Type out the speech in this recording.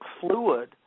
fluid